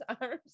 arms